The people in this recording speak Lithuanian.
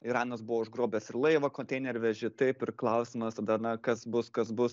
iranas buvo užgrobęs ir laivą koteinervežį taip ir klausimas tada na kas bus kas bus